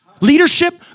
Leadership